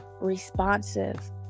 responsive